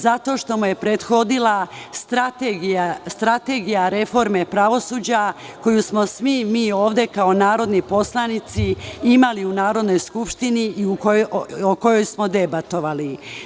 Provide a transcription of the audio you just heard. Zato što mu je prethodila Strategija reforme pravosuđa koju smo svi mi ovde, kao narodni poslanici, imali u Narodnoj skupštini i o kojoj smo debatovali.